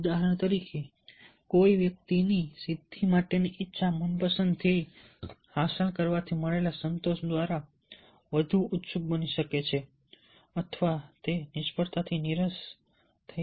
ઉદાહરણ તરીકે કોઈ વ્યક્તિની સિદ્ધિ માટેની ઈચ્છા મનપસંદ ધ્યેય હાંસલ કરવાથી મળેલા સંતોષ દ્વારા વધુ ઉત્સુક બની શકે છે અથવા તે નિષ્ફળતાથી નીરસ થઈ શકે છે